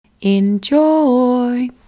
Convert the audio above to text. Enjoy